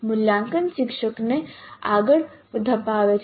મૂલ્યાંકન શિક્ષણને આગળ ધપાવે છે